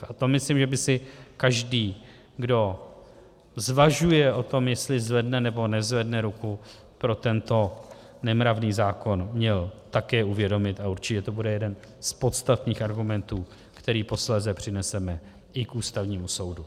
A to myslím, že by si každý, kdo zvažuje o tom, jestli zvedne, nebo nezvedne ruku pro tento nemravný zákon, měl také uvědomit a určitě to bude jeden z podstatných argumentů, který posléze přineseme i k Ústavnímu soudu.